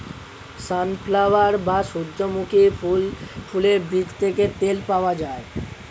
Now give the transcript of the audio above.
sunflower বা সূর্যমুখী ফুলের বীজ থেকে তেল পাওয়া যায়